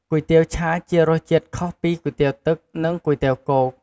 គុយទាវឆាជារសជាតិខុសពីគុយទាវទឹក និងគុយទាវគោក។